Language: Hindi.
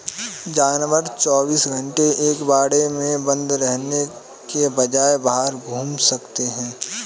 जानवर चौबीस घंटे एक बाड़े में बंद रहने के बजाय बाहर घूम सकते है